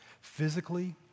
physically